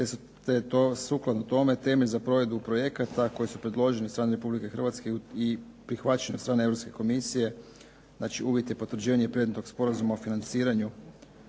te sukladno tome teme za provedbu projekata koje su predložene od strane Republike Hrvatske i prihvaćene od strane Europske komisije, znači uvjet je potvrđivanje predmetnog Sporazuma o financiranju